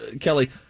Kelly